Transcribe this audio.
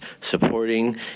supporting